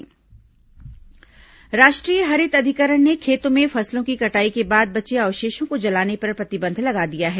फसल अवशेष प्रतिबंध राष्ट्रीय हरित अधिकरण ने खेतों में फसलों की कटाई के बाद बचे अवशेषों को जलाने पर प्रतिबंध लगा दिया है